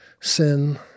sin